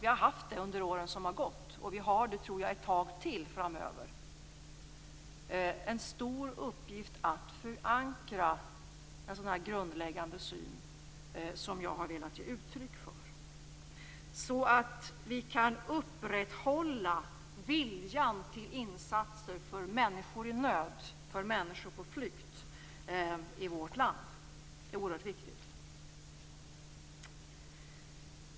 Vi har haft under de år som har gått - och jag tror att så är fallet också ett tag till framöver - en stor uppgift i att förankra en sådan grundläggande syn som jag har velat ge uttryck för, så att vi kan upprätthålla viljan till insatser för människor i nöd och för människor på flykt i vårt land. Det är oerhört viktigt.